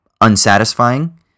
unsatisfying